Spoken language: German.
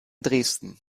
dresden